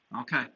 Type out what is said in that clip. Okay